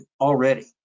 already